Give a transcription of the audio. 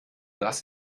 das